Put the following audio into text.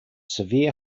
severe